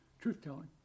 truth-telling